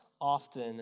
often